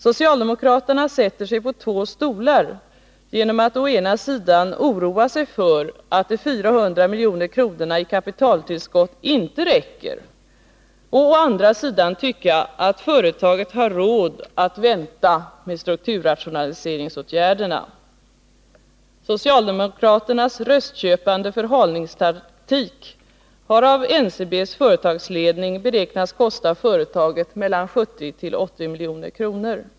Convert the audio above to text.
Socialdemokraterna sätter sig på två stolar genom att å ena sidan oroa sig för att 400 milj.kr. i kapitaltillskott inte räcker, och å andra sidan tycka att företaget har råd att vänta med strukturrationaliseringsåtgärderna. Socialdemokraternas röstköpande förhalningstaktik har av NCB:s företagsledning beräknats kosta företaget mellan 70 och 80 milj.kr.